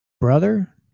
brother